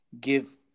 give